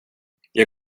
jag